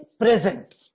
present